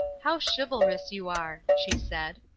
how chivalrous you are, she said.